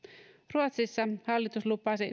ruotsissa hallitus lupasi